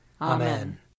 Amen